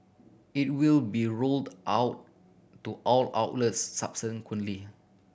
it will be rolled out to all outlets subsequently